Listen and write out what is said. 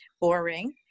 Boring